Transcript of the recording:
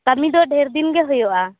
ᱠᱟᱹᱢᱤ ᱫᱚ ᱰᱷᱮᱨ ᱫᱤᱱ ᱜᱮ ᱦᱩᱭᱩᱜᱼᱟ